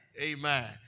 Amen